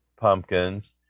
pumpkins